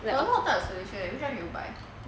there are a lot of type of solution leh which type did you buy